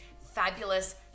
fabulous